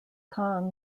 kang